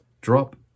drop